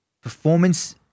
performance